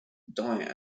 diet